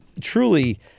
truly